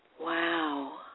Wow